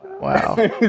Wow